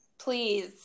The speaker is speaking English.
Please